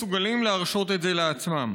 כי הם לא מסוגלים להרשות את זה לעצמם.